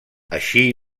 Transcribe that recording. així